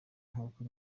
nk’uko